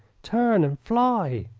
turn and fly!